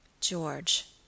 George